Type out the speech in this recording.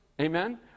Amen